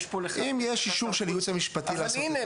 אם יש אישור של הייעוץ המשפטי לעשות --- אבל הנה,